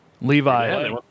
Levi